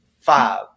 five